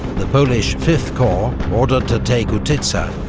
the polish fifth corps, ordered to take utitsa,